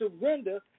surrender